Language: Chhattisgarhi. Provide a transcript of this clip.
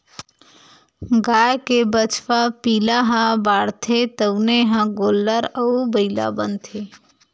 गाय के बछवा पिला ह बाढ़थे तउने ह गोल्लर अउ बइला बनथे